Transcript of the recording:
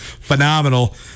phenomenal